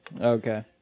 Okay